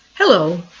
Hello